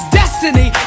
destiny